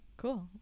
Cool